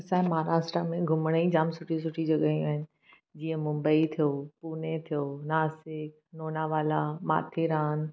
असांजे महाराष्ट्रा में घुमण जूं जामु सु सुठियूं सुठियूं जॻहियूं आहिनि जीअं मुम्बई थियो पुने थियो नासिक लोनावाला माथेरान